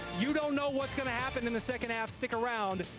you don't know what's going to happen in the second half, stick around,